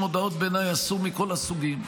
בעיניי אסור להשחית מודעות מכל הסוגים,